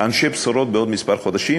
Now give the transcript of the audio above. אנשי בשורה בעוד כמה חודשים,